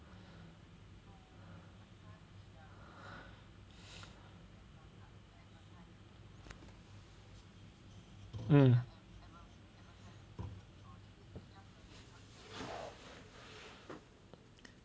mm